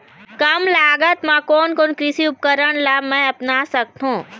कम लागत मा कोन कोन कृषि उपकरण ला मैं अपना सकथो?